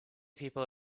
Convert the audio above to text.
people